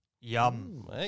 Yum